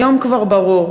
היום כבר ברור.